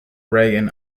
reagan